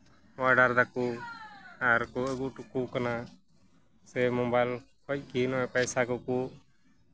order ᱫᱟᱠᱚ ᱟᱨ ᱠᱚ ᱟᱹᱜᱩ ᱦᱚᱴᱚ ᱠᱚ ᱠᱟᱱᱟ ᱥᱮ ᱢᱳᱵᱟᱭᱤᱞ ᱠᱷᱚᱡ ᱜᱮ ᱱᱚᱜᱼᱚᱸᱭ ᱯᱚᱭᱥᱟ ᱠᱚᱠᱚ